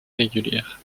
régulière